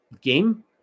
game